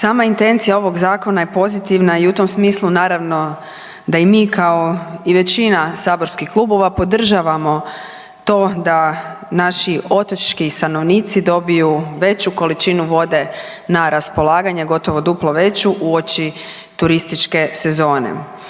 Sama intencija ovog zakona je pozitivna i u tom smislu naravno da mi kao i većina saborskih klubova podržavamo to da naši otočki stanovnici dobiju veću količinu vode na raspolaganje, gotovo duplo veću, uoči turističke sezone.